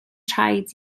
traed